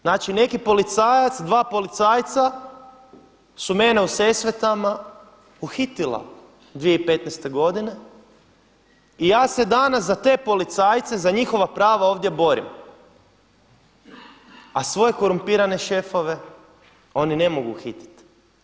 Znači neki policajac, dva policajca su mene u Sesvetama uhitila 2015. godine i ja se danas za te policajce, za njihova prava ovdje borim, a svoje korumpirane šefove oni ne mogu uhititi.